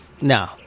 no